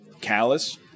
callous